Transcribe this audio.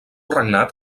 regnat